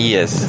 Yes